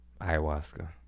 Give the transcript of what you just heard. Ayahuasca